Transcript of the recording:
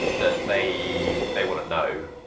that they they would know,